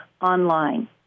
online